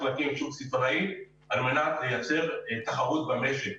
להקים שוק סיטונאי על מנת לייצר תחרות במשק.